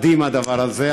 מדהים הדבר הזה,